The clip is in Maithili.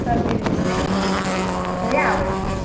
सब मिल जेतै कहिआ आबै छियै